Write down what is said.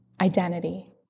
identity